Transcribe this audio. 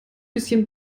bisschen